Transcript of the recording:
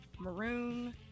Maroon